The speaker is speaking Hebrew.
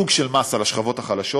סוג של מס על השכבות החלשות.